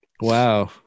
wow